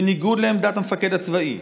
בניגוד לעמדת המפקד הצבאי.